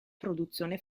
produzione